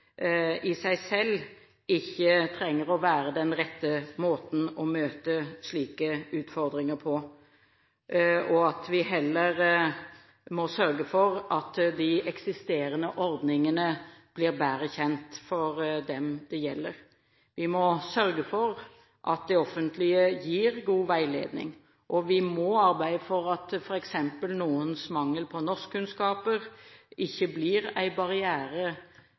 i seg selv ikke trenger å være den rette måten å møte slike utfordringer på, og at vi heller må sørge for at de eksisterende ordningene blir bedre kjent for dem det gjelder. Vi må sørge for at det offentlige gir god veiledning, og vi må arbeide for at f.eks. noens mangel på norskkunnskaper ikke blir en barriere